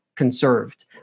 Conserved